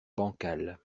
bancal